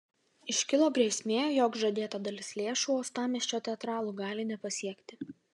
iškilo grėsmė jog žadėta dalis lėšų uostamiesčio teatralų gali nepasiekti